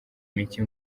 mike